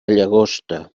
llagosta